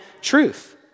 truth